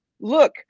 look